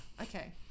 Okay